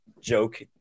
joke